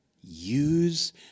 Use